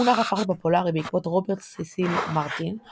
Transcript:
המונח הפך לפופולרי בעקבות רוברט ססיל מרטין ,